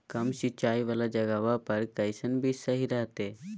कम सिंचाई वाला जगहवा पर कैसन बीज सही रहते?